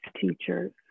teachers